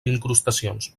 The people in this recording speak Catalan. incrustacions